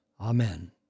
Amen